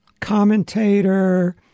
Commentator